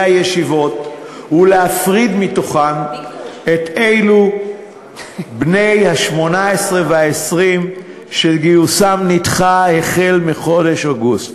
הישיבות כדי להפריד את בני ה-18 וה-20 שגיוסם נדחה החל מחודש אוגוסט,